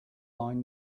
line